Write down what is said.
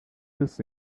this